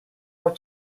were